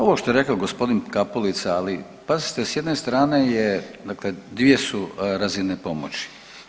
Ovo što je rekao gospodin Kapulica, ali pazite s jedne strane je dakle dvije su razine pomoći.